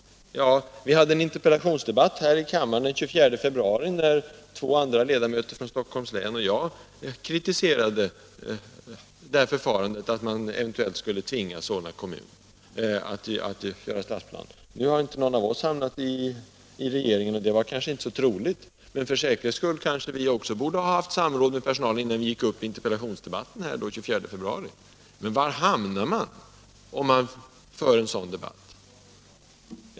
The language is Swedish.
Vi hade en interpellationsdebatt här i kammaren den 24 februari, när två andra ledamöter från Stockholms län och jag kritiserade förfarandet att man eventuellt skulle tvinga Solna kommun att göra stadsplan. Nu har ju inte någon av oss hamnat i regeringen — och det var kanske heller inte så troligt att vi skulle göra det — men för säkerhets skull kanske vi också skulle haft samråd med personalen innan vi gick upp i interpellationsdebatten den 24 februari. Men var hamnar man, om man för en sådan debatt?